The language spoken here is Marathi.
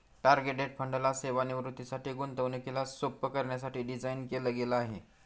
टार्गेट डेट फंड ला सेवानिवृत्तीसाठी, गुंतवणुकीला सोप्प करण्यासाठी डिझाईन केल गेल आहे